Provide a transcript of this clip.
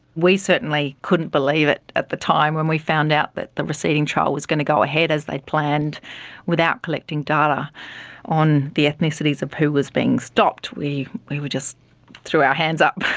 we certainly couldn't believe it at the time, when we found out that the receipting trial was going to go ahead as they planned without collecting data on the ethnicities of who was being stopped. we we just threw our hands up.